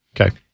Okay